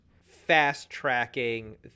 fast-tracking